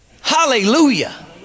Hallelujah